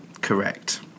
Correct